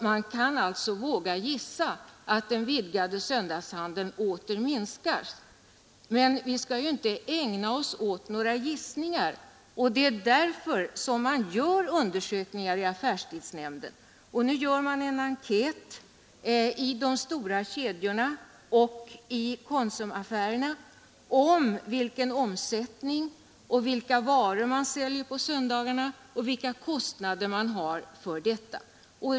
Man kan alltså våga gissa att den vidgade söndagshandeln åter kommer att minska. Men vi skall inte ägna oss åt gissningar, och i affärstidsnämnden gör man som sagt nu undersökningar om detta. I de stora butikskedjorna och i konsumaffärerna gör man också en enkät om vilken omsättning man har och vilka varor som säljs på söndagarna och vilka kostnader man har för detta.